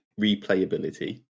replayability